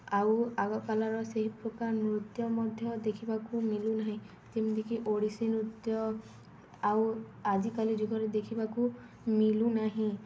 ଆଉ ଆଗ କାଳର ସେହି ପ୍ରକାର ନୃତ୍ୟ ମଧ୍ୟ ଦେଖିବାକୁ ମିଳୁନାହିଁ ଯେମିତିକି ଓଡ଼ିଶୀ ନୃତ୍ୟ ଆଉ ଆଜିକାଲି ଯୁଗରେ ଦେଖିବାକୁ ମିଳୁ ନାହିଁ